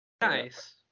Nice